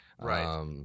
Right